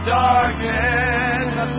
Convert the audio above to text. darkness